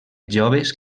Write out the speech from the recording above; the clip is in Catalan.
joves